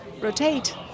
rotate